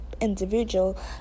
individual